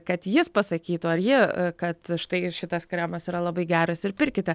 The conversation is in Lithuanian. kad jis pasakytų ar jie kad štai šitas kremas yra labai geras ir pirkite